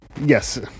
Yes